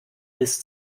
bis